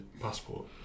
passport